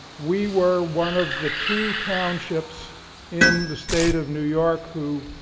we were one of the two townships in the state of new york who,